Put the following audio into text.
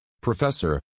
Professor